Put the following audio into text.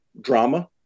drama